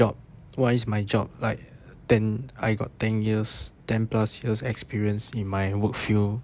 job why is my job like uh ten I got ten years ten plus years experience in my work field